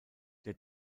der